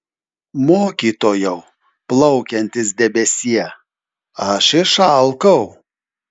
mokytojau plaukiantis debesie aš išalkau